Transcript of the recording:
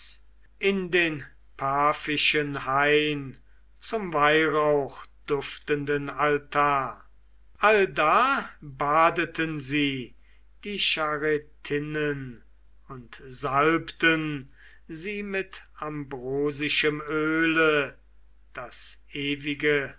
in den paphischen hain zum weihrauchduftenden altar allda badeten sie die charitinnen und salbten sie mit ambrosischem öle das ewige